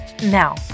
Now